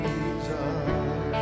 Jesus